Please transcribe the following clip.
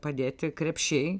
padėti krepšiai